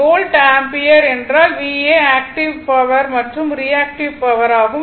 volt ampere என்றால் VA active மற்றும் reactive power ஆகும்